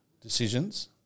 decisions